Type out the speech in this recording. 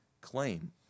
claim